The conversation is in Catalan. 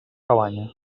cabanya